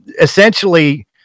essentially